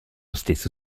stesso